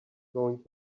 going